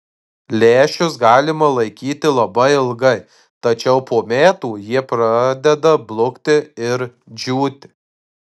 lęšius galima laikyti labai ilgai tačiau po metų jie pradeda blukti ir džiūti